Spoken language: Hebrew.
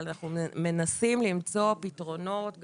אבל אנחנו מנסים למצוא פתרונות.